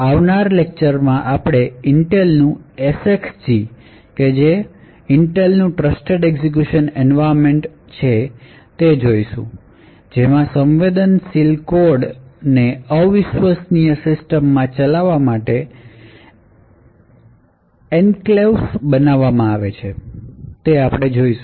આવનારા લેક્ચરમાં આપણે Intelનું SGX કે જે Intel નું ટ્રસ્ટેડ એક્ઝીક્યૂશન એન્વાયરમેન્ટ છે કે જેમાં સંવેદનશીલ કોડને અવિશ્વસનીય સિસ્ટમ માં ચલાવવા માટે એનકલેવસ બનાવવામાં આવે છે તે જોઈશું